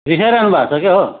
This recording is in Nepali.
रिसाइरहनु भएको छ क्या हो